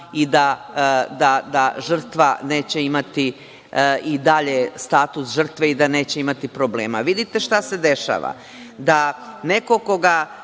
i da žrtva neće imati i dalje status žrtve, da neće imati problema. Vidite šta se dešava, da neko koga